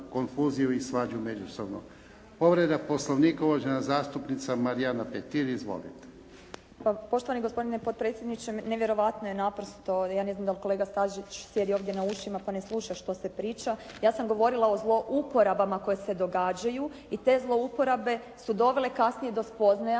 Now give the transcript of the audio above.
konfuziju i svađu međusobno. Povreda poslovnika uvažena zastupnica Marijana Petir. Izvolite. **Petir, Marijana (HSS)** Poštovani gospodine potpredsjedniče, nevjerojatno je naprosto. Ja ne znam da li kolega Stazić sjedi ovdje na ušima pa ne sluša što se priča. Ja sam govorila o zlouporabama koje se događaju i te zlouporabe su dovele kasnije do spoznaja